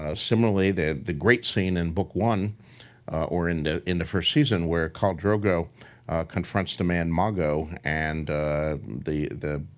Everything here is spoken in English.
ah similarly, the the great scene in book one or in the in the first season where khal drogo confronts the man mago, and the man